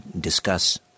discuss